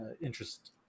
interest